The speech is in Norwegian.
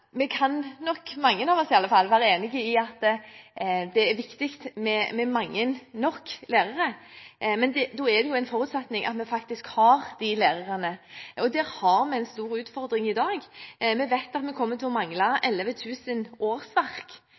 Vi kan nok – mange av oss i alle fall – være enig i at det er viktig med mange nok lærere, men da er det en forutsetning at vi faktisk har de lærerne. Der har vi en stor utfordring i dag. Vi vet at vi kommer til å mangle 11 000 årsverk